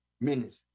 minutes